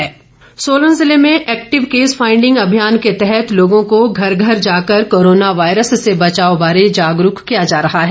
active case Solan जिले में active case finding अभियान के तहत लोगों को घर घर जाकर कोरोना वायरस से बचाव बारे जागरूक किया जा रहा है